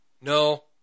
No